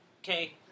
Okay